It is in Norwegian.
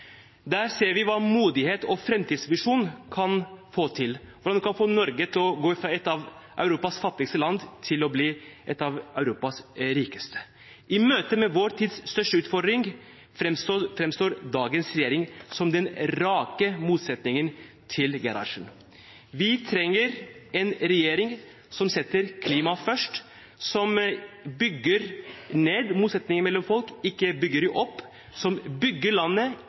Der ser vi hva mot og fremtidsvisjon kan få til, hvordan man kan få Norge til å gå fra å være et av Europas fattigste land til å bli et av Europas rikeste. I møte med vår tids største utfordring fremstår dagens regjering som den rake motsetningen til Gerhardsen. Vi trenger en regjering som setter klimaet først, som bygger ned motsetningene mellom folk, ikke bygger dem opp, som bygger landet,